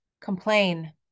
Complain